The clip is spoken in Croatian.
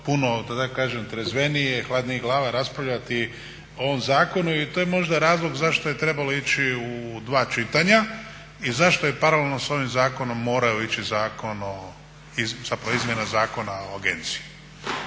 kažem trezvenije i hladnijih glava raspravljati o ovom zakonu i to je možda razlog zašto je trebalo ići u dva čitanja i zašto je paralelno sa ovim zakonom morala ići izmjena Zakona o agenciji.